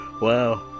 Wow